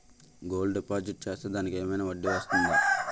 Gold deposit చేస్తే దానికి ఏమైనా వడ్డీ వస్తుందా?